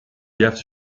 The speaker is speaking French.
gaffes